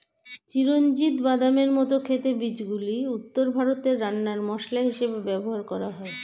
চিরঞ্জিত বাদামের মত খেতে বীজগুলি উত্তর ভারতে রান্নার মসলা হিসেবে ব্যবহার হয়